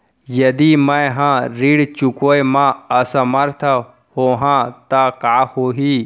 यदि मैं ह ऋण चुकोय म असमर्थ होहा त का होही?